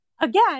again